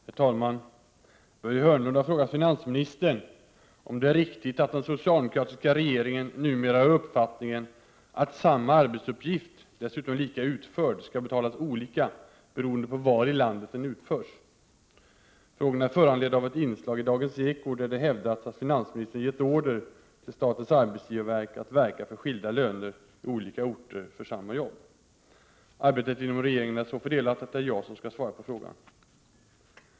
Herr talman! Börje Hörnlund har frågat finansministern om det är riktigt att den socialdemokratiska regeringen numera har uppfattningen att samma arbetsuppgift, dessutom lika utförd, skall betalas olika beroende på var i landet den utförs. Frågan är föranledd av ett inslag i Dagens Eko, där det hävdats att finansministern ”gett order” till statens arbetsgivarverk att verka för skilda löner i olika orter för samma jobb. Arbetet inom regeringen är så fördelat att det är jag som skall svara på frågan.